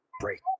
break